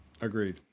Agreed